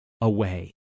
away